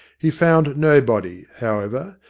he found no body, however,